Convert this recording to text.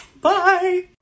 Bye